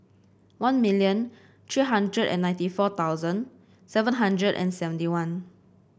one million three hundred and ninety four thousand seven hundred and seventy one